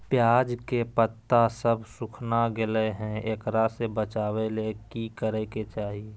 प्याज के पत्ता सब सुखना गेलै हैं, एकरा से बचाबे ले की करेके चाही?